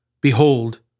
Behold